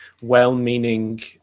well-meaning